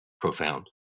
profound